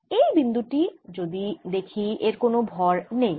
এই বিন্দু টি যদি দেখি এর কোন ভর নেই